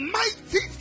mighty